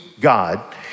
God